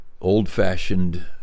old-fashioned